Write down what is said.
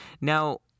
now